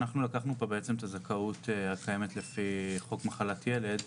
אנחנו לקחנו כאן את הזכאות הקיימת לפי חוק מחלת ילד,